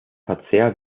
verzehr